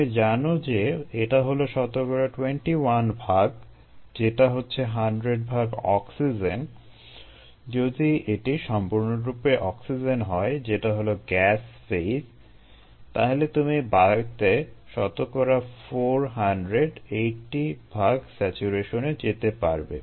তুমি জানো যে এটা হলো শতকরা 21 ভাগ যেটা হচ্ছে 100 ভাগ অক্সিজেন যদি এটি সম্পূর্ণরূপে অক্সিজেন হয় যেটা হলো গ্যাস ফেইজ তাহলে তুমি বায়ুতে শতকরা 480 ভাগ স্যাচুরেশনে যেতে পারবে